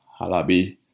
Halabi